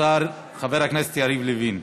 השר חבר הכנסת יריב לוין,